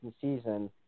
season